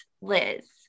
Liz